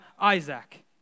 Isaac